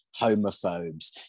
homophobes